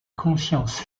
conscience